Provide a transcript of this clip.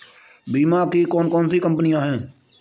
बीमा की कौन कौन सी कंपनियाँ हैं?